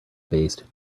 based